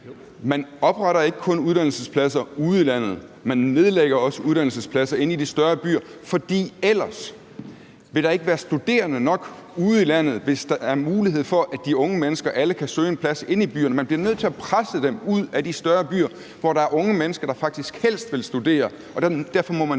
sagde. Man opretter ikke kun uddannelsespladser ude i landet, man nedlægger også uddannelsespladser inde i de større byer, for ellers vil der ikke være studerende nok ude i landet, hvis der er mulighed for, at de unge mennesker alle kan søge en plads inde i byerne. Man bliver nødt til at presse dem ud af de større byer, hvor der er unge mennesker, der faktisk helst vil studere. Derfor må man